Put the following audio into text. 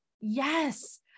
Yes